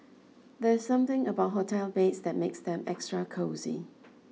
there's something about hotel beds that makes them extra cosy